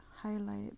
highlight